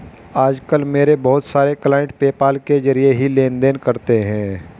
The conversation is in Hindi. आज कल मेरे बहुत सारे क्लाइंट पेपाल के जरिये ही लेन देन करते है